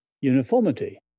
uniformity